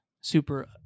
super